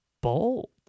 Bold